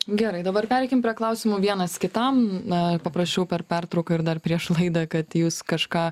gerai dabar pereikim prie klausimų vienas kitam na paprašiau per pertrauką ir dar prieš laidą kad jūs kažką